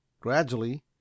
gradually